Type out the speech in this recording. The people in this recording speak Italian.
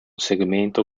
segmento